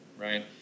right